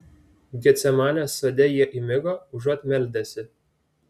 getsemanės sode jie įmigo užuot meldęsi